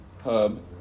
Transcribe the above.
hub